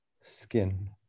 skin